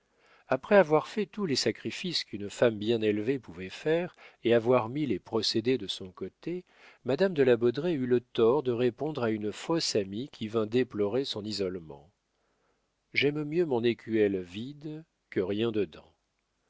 après avoir fait tous les sacrifices qu'une femme bien élevée pouvait faire et avoir mis les procédés de son côté madame de la baudraye eut le tort de répondre à une fausse amie qui vint déplorer son isolement j'aime mieux mon écuelle vide que rien dedans